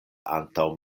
antaŭ